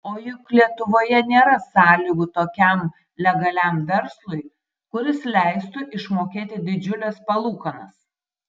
o juk lietuvoje nėra sąlygų tokiam legaliam verslui kuris leistų išmokėti didžiules palūkanas